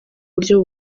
buryo